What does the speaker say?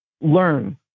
learn